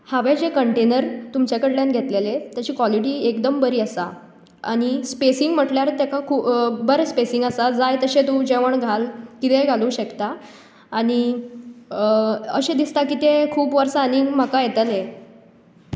हांवें जे कन्टॅनर तुमचे कडल्यान घेतलेले तेंची कॉलिटी एकदम बरी आसा आनी स्पॅसिंग म्हणल्यार ताका बरें स्पॅसिंग आसा जाय तशें तूं जेवण घाल कितेंय घालूंक शकता आनीक अशें दिसता की ते खूब वर्सां आनीक म्हाका येतले